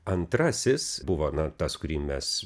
antrasis buvo na tas kurį mes